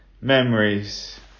memories